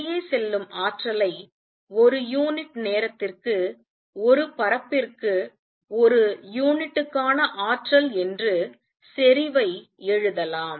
வெளியே செல்லும் ஆற்றலை ஒரு யூனிட் நேரத்திற்கு ஒரு பரப்பிற்கு ஒரு யூனிட்டுக்கான ஆற்றல் என்று செறிவை எழுதலாம்